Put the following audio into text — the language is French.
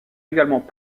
également